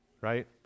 right